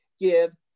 give